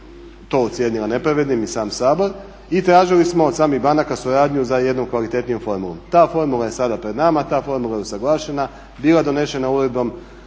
to ocijenila nepravednim i sam Sabor i tražili smo od samih banaka suradnju za jednom kvalitetnijom formulom. Ta formula je sada pred nama, ta formula je usuglašena, biva donesena uredbom,